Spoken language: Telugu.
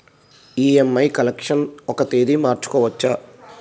ఇ.ఎం.ఐ కలెక్షన్ ఒక తేదీ మార్చుకోవచ్చా?